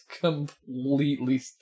completely